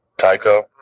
Tyco